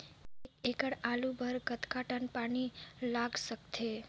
एक एकड़ के आलू बर कतका टन पानी लाग सकथे?